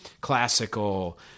classical